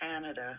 Canada